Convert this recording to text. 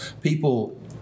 people